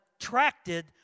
attracted